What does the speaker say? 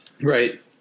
Right